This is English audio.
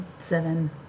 seven